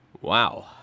Wow